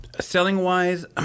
Selling-wise